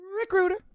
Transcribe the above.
Recruiter